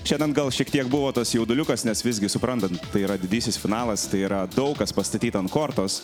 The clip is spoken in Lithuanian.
šiandien gal šiek tiek buvo tas jauduliukas nes visgi suprantant tai yra didysis finalas tai yra daug kas pastatyta ant kortos